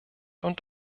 und